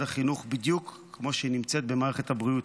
החינוך בדיוק כמו שהיא נמצאת במערכת הבריאות.